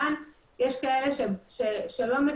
שנקבעו.